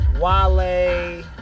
wale